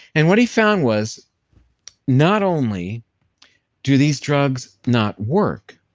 and what he found was not only do these drugs not work,